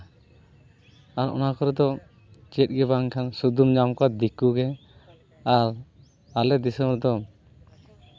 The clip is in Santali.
ᱟᱨ ᱚᱱᱟ ᱠᱚᱨᱮ ᱫᱚ ᱪᱮᱫ ᱜᱮ ᱵᱟᱝ ᱠᱷᱟᱱ ᱥᱩᱫᱩᱢ ᱧᱟᱢ ᱠᱚᱣᱟ ᱫᱤᱠᱩ ᱜᱮ ᱟᱨ ᱟᱞᱮ ᱫᱤᱥᱚᱢ ᱨᱮᱫᱚ